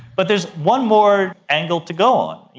but there's one more angle to go on. yeah